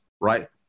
right